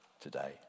today